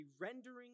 rendering